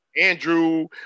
Andrew